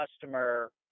customer